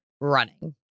running